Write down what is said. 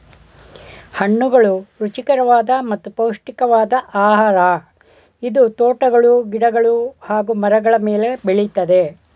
ಹಣ್ಣುಗಳು ರುಚಿಕರವಾದ ಮತ್ತು ಪೌಷ್ಟಿಕವಾದ್ ಆಹಾರ ಇದು ತೋಟಗಳು ಗಿಡಗಳು ಹಾಗೂ ಮರಗಳ ಮೇಲೆ ಬೆಳಿತದೆ